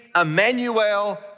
Emmanuel